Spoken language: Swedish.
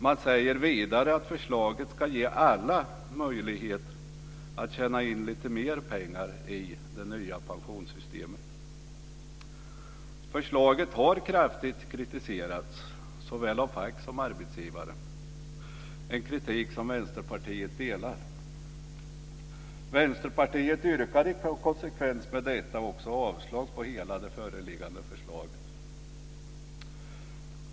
Man säger vidare att förslaget ska ge alla möjlighet att tjäna in lite mer pengar i det nya pensionssystemet. Förslaget har kraftigt kritiserats såväl av facket som arbetsgivare. Det är en kritik som Vänsterpartiet delar. Vänsterpartiet yrkar i konsekvens med detta avslag på hela det föreliggande förslaget.